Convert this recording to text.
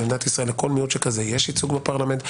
במדינת ישראל לכל מיעוט שכזה יש ייצוג בפרלמנט.